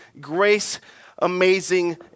grace-amazing